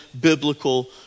biblical